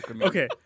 Okay